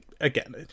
again